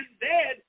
dead